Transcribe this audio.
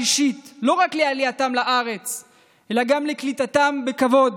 האישית לא רק לעלייתם לארץ אלא גם לקליטתם בכבוד.